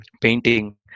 Painting